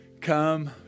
come